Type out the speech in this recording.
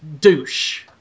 douche